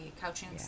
couching